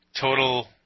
total